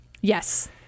Yes